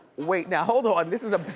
wait, now hold on, this is,